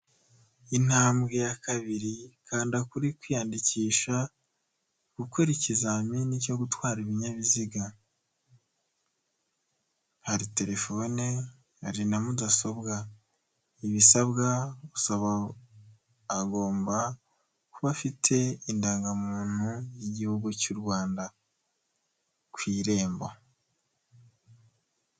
Intambwe ya kabiri kanda kuri kwiyandikisha gukora ikizamini cyo gutwara ibinyabiziga, hari telefone, hari na mudasobwa ibisabwa, usaba agomba kuba afite indangamuntu y'igihugu cy'u Rwanda ku irembo.